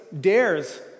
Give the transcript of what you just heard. dares